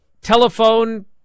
telephone